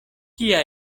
kia